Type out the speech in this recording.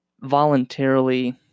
voluntarily